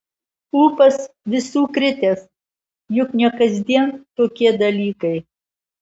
ūpas visų kritęs juk ne kasdien tokie dalykai